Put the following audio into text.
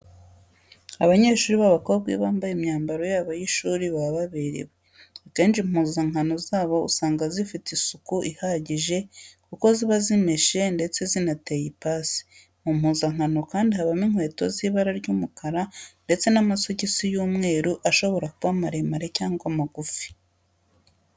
Abanyeshuri b'abakobwa iyo bambaye imyambaro yabo y'ishuri baba baberewe. Akenshi impuzankano zabo usanga ziba zifite isuku ihagije kuko ziba zimeshe ndetse zinateye ipasi. Mu mpuzankano kandi habamo inkweto z'ibara ry'umukara ndetse n'amasogisi y'umweru ashobora kuba maremare cyangwa magufi.